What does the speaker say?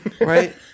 right